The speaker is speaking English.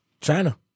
China